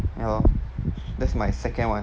ya lor that's my second one